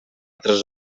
tres